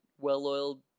well-oiled